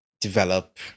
develop